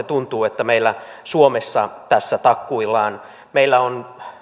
tuntuu että meillä suomessa tässä takkuillaan meillä on